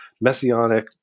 messianic